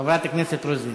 חברת הכנסת רוזין.